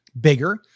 bigger